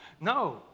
No